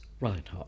Reinhardt